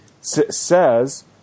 says